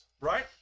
Right